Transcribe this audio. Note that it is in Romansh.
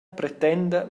pretenda